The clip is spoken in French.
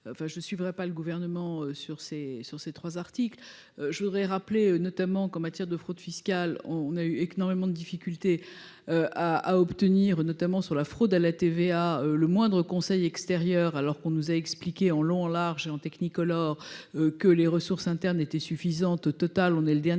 je suis suivrai pas le gouvernement sur ces, sur ces 3 articles, je voudrais rappeler notamment qu'en matière de fraude fiscale, on a eu et qu'énormément de difficultés à obtenir, notamment sur la fraude à la TVA, le moindre conseil extérieur alors qu'on nous a expliqué en long, en large et en Technicolor que les ressources internes étaient suffisantes, total, on est le dernier